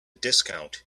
discount